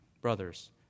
Brothers